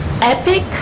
Epic